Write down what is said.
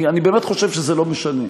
אני באמת חושב שזה לא משנה.